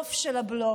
הבלוף של הבלוף,